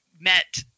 met